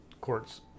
courts